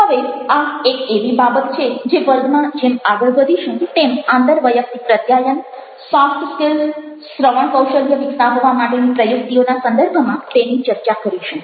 હવે આ એક એવી બાબત છે જે વર્ગમાં જેમ આગળ વધીશું તેમ આંતરવૈયક્તિક પ્રત્યાયન સોફ્ટ સ્કિલ્સ શ્રવણ કૌશલ્ય વિકસાવવા માટેની પ્રયુક્તિઓના સંદર્ભમાં તેની ચર્ચા કરીશું